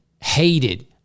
hated